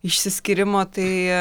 išsiskyrimo tai